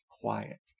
quiet